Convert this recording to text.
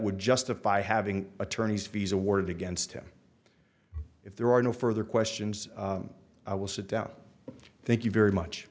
would justify having attorneys fees award against him if there are no further questions i will sit down thank you very much